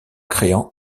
créant